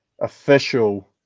official